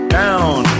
down